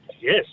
Yes